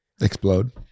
explode